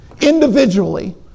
individually